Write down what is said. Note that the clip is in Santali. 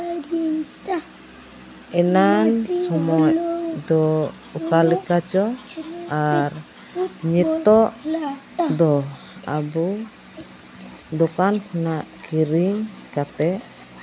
ᱮᱱᱟᱝ ᱥᱚᱢᱚᱭ ᱫᱚ ᱚᱠᱟ ᱞᱮᱠᱟ ᱪᱚᱝ ᱟᱨ ᱱᱤᱛᱚᱜ ᱫᱚ ᱟᱵᱚ ᱫᱚᱠᱟᱱ ᱠᱷᱚᱱᱟᱜ ᱠᱤᱨᱤᱧ ᱠᱟᱛᱮᱫ